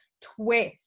Twist